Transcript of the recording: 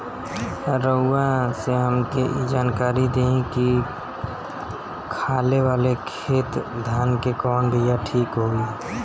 रउआ से हमके ई जानकारी देई की खाले वाले खेत धान के कवन बीया ठीक होई?